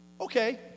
okay